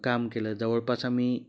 काम केलं जवळपास आम्ही